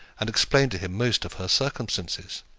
and explained to him most of her circumstances.